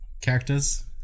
characters